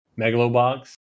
Megalobox